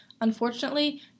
Unfortunately